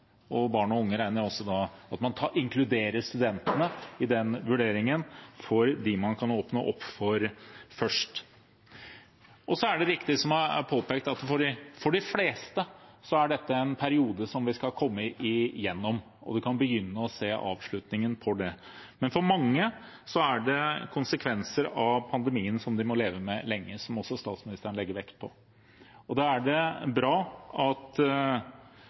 og at man prioriterer barn og unge. Når det gjelder barn og unge: Jeg regner da med at man også inkluderer studentene i den vurderingen – dem man kan åpne opp for først. Det er viktig – som påpekt – at for de fleste er dette en periode man skal komme igjennom, vi kan begynne å se avslutningen av den. Men for mange er det konsekvenser av pandemien som man må leve lenge med – noe også statsministeren legger vekt på. Da er det bra